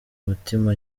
mutima